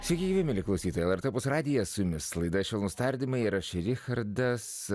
sveiki gyvi mieli klausytojai lrt opus radiją su jumis laida švelnūs tardymai ir aš richardas